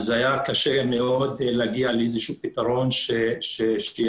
אז היה קשה מאוד להגיע לאיזשהו פתרון שיאפשר